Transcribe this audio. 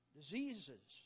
diseases